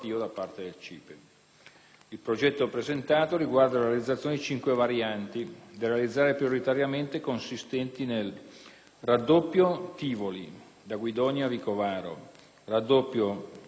Il progetto presentato riguarda la realizzazione di cinque varianti da realizzare prioritariamente, consistenti nel: raddoppio "Tivoli", da Guidonia a Vicovaro; raddoppio Celano-Bugnara;